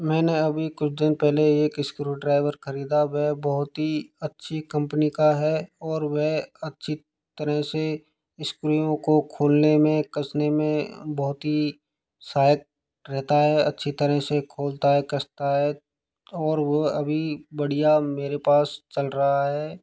मैंने अभी कुछ दिन पहले एक स्क्रूड्राइवर खरीदा वह बहुत ही अच्छी कंपनी का है और वह अच्छी तरह से स्क्रूयों को खोलने में कसने में बहुत ही सहायक रहता है अच्छी तरह से खोलता है कसता है और वो अभी बढ़िया मेरे पास चल रहा है